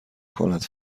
کند